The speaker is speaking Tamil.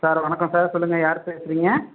சார் வணக்கம் சார் சொல்லுங்கள் யார் பேசுகிறீங்க